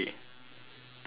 two